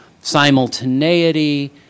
simultaneity